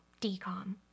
decom